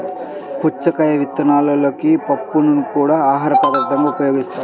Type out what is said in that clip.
పుచ్చకాయ విత్తనాలలోని పప్పుని కూడా ఆహారపదార్థంగా ఉపయోగిస్తారు